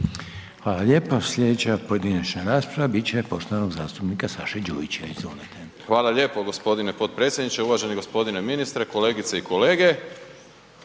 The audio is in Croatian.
Hvala lijepo. Sljedeća pojedinačna rasprava bit će poštovanog zastupnika Saše Đujića. Izvolite. **Đujić, Saša (SDP)** Hvala lijepo gospodine potpredsjedniče. Uvaženi gospodine ministre, kolegice i kolege.